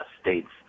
states